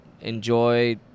enjoy